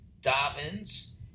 Davin's